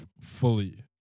fully